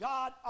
God